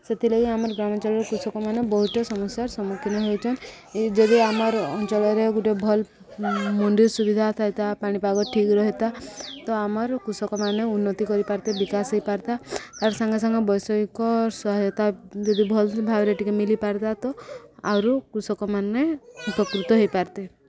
ସେଥିଲାଗି ଆମର ଗ୍ରାମାଞ୍ଚଳରେ କୃଷକମାନେ ବହୁତ ସମସ୍ୟାର ସମ୍ମୁଖୀନ ହେଉଛନ୍ ଏ ଯଦି ଆମର ଅଞ୍ଚଳରେ ଗୋଟେ ଭଲ୍ ମଣ୍ଡିର ସୁବିଧା ଥାଏ ତା' ପାଣିପାଗ ଠିକ ରହେତା ତ ଆମର କୃଷକମାନେ ଉନ୍ନତି କରିପାରତେ ବିକାଶ ହେଇପାରତା ତାର ସାଙ୍ଗେ ସାଙ୍ଗେ ବୈଷୟିକ ସହାୟତା ଯଦି ଭଲ୍ ଭାବରେ ଟିକେ ମିଲିପାରିତା ତ ଆହୁରି କୃଷକମାନେ ଉପକୃତ ହେଇପାରତେ